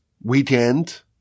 weekend